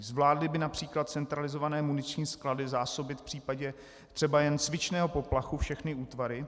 Zvládly by například centralizované muniční sklady zásobit v případě třeba jen cvičného poplachu všechny útvary?